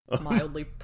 Mildly